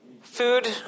food